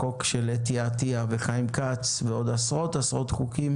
החוק של אתי עטייה וחיים כץ ועוד עשרות חוקים